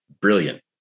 brilliant